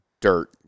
dirt